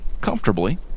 comfortably